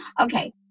Okay